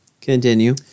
Continue